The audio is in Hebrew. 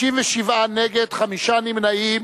57 נגד, חמישה נמנעים.